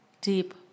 deep